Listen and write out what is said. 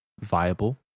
viable